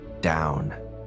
down